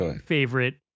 favorite